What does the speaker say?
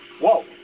whoa